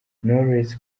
knowless